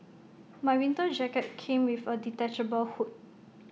my winter jacket came with A detachable hood